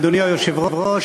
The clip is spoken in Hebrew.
אדוני היושב-ראש,